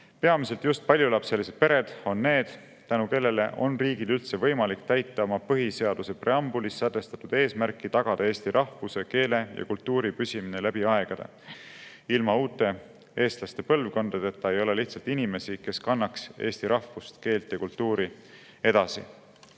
Peamiselt just paljulapselised pered on need, tänu kellele on riigil üldse võimalik täita oma põhiseaduse preambulis sätestatud eesmärki tagada eesti rahvuse, keele ja kultuuri püsimine läbi aegade. Ilma uute eestlaste põlvkondadeta ei ole lihtsalt inimesi, kes kannaks eesti rahvust, keelt ja kultuuri